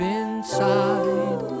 inside